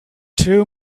two